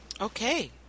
Okay